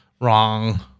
wrong